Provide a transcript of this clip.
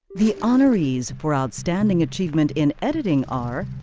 the honorees for outstanding achievement in editing are